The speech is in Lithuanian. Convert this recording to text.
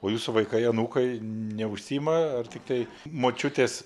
o jūsų vaikai anūkai neužsiima ar tiktai močiutės